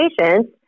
patients